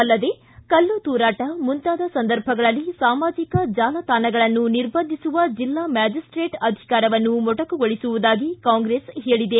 ಅಲ್ಲದೆ ಕಲ್ಲುತೂರಾಟ ಮುಂತಾದ ಸಂದರ್ಭಗಳಲ್ಲಿ ಸಾಮಾಜಕ ಜಾಲತಾಣಗಳನ್ನು ಮೇಲೆ ನಿರ್ಬಂಧಿಸುವ ಜಿಲ್ಲಾ ಮ್ಯಾಜಿಸ್ಟೇಟರ ಅಧಿಕಾರವನ್ನು ಮೊಟಕುಗೊಳಿಸುವದಾಗಿ ಕಾಂಗ್ರೆಸ್ ಹೇಳಿದೆ